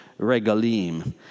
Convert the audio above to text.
Regalim